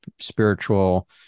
spiritual